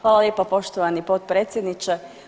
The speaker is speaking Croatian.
Hvala lijepo poštovani potpredsjedniče.